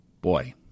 Boy